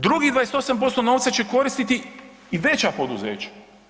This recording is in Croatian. Drugih 28% novca će koristiti i veća poduzeća.